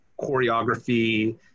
choreography